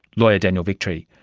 lawyer daniel victory.